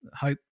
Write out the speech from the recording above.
hope